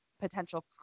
potential